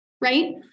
right